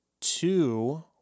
two